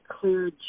clear